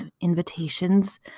invitations